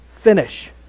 finish